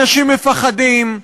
אנשים מפחדים.